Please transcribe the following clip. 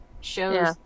shows